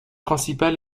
principale